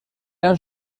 han